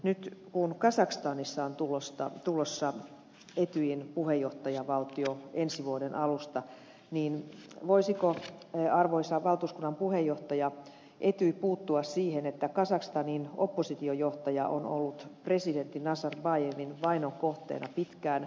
nyt kun kazakstanista on tulossa etyjin puheenjohtajavaltio ensi vuoden alusta niin voisiko arvoisa valtuuskunnan puheenjohtaja etyj puuttua siihen että kazakstanin oppositiojohtaja on ollut presidentti nazarbajevin vainon kohteena pitkään